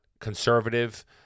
conservative